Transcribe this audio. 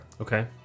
Okay